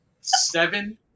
Seven